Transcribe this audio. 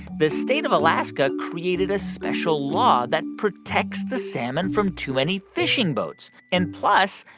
the state of alaska created a special law that protects the salmon from too many fishing boats. and plus,